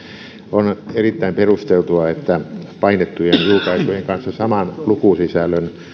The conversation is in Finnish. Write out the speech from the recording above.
on erittäin perusteltua että painettujen julkaisujen kanssa saman lukusisällön